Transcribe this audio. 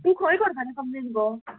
तूं खंय करतलें कंप्लेन गो